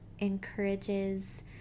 encourages